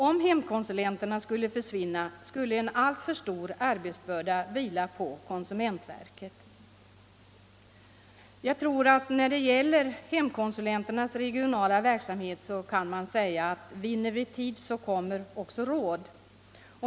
Om hemkonsulenterna skulle försvinna, skulle en alltför stor arbetsbörda vila på konsumentverket. Jag tror att man när det gäller hemkonsulenternas regionala verksamhet kan säga att vinner vi tid, så kommer också råd.